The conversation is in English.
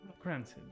Granted